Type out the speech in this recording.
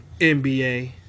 NBA